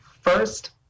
first